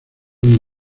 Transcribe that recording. mis